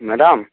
madam